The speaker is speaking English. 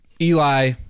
Eli